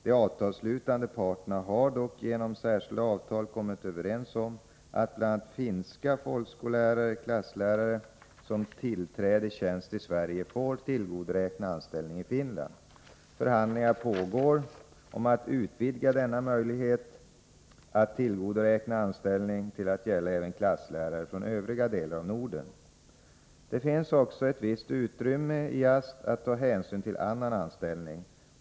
De avtalsslutande parterna har dock genom särskilda avtal kommit överens om att bl.a. finska folkskollärare/klasslärare som tillträder tjänst i Sverige får tillgodoräkna anställning i Finland. Förhandlingar pågår att utvidga denna möjlighet att tillgodoräkna anställning till att gälla även klasslärare från övriga delar av Norden. Det finns också ett visst utrymme i AST att ta hänsyn till annan anställning.